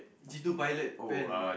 G two pilot pen